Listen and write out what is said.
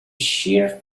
shear